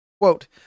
Quote